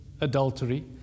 adultery